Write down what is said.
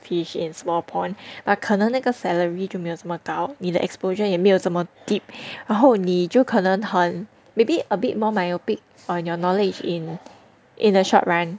fish in small pond but 可能那个 salary 就没有这么高你的 exposure 也没有怎么 deep 然后你就可能很 maybe a bit more myopic on your knowledge in in the short run